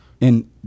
And-